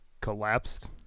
collapsed